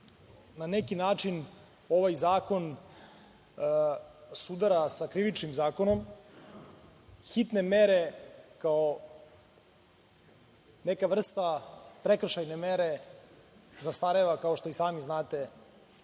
na neki način ovaj zakon sudara sa Krivičnim zakonom. Hitne mere, kao neka vrsta prekršajne mere, zastareva, kao što i sami znate, nakon